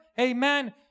amen